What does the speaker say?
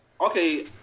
okay